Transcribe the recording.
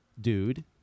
dude